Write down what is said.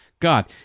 God